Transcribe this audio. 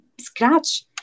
scratch